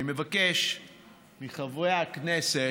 אני מבקש מחברי הכנסת,